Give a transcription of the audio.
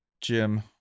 Jim